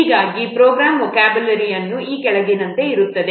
ಹೀಗಾಗಿ program vocabulary ಅನ್ನು ಈ ಕೆಳಗಿನಂತೆ ಇರುತ್ತದೆ